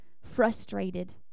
frustrated